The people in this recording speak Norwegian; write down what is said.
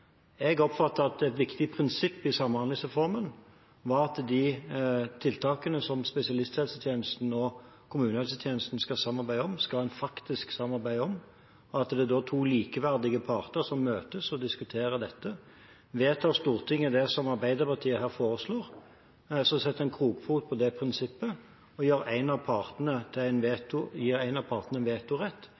Jeg oppfatter at det er et viktig prinsipp i Samhandlingsreformen at de tiltakene som spesialisthelsetjenesten og kommunehelsetjenesten skal samarbeide om, skal en faktisk samarbeide om, og at det er to likeverdige parter som møtes og diskuterer dette. Vedtar Stortinget det som Arbeiderpartiet her foreslår, setter en krokfot på det prinsippet og gir en av partene vetorett